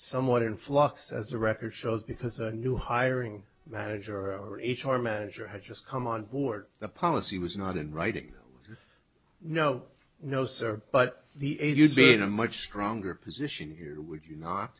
somewhat in flux as the record shows because a new hiring manager or h r manager had just come on board the policy was not in writing no no sir but the age you'd be in a much stronger position here would you not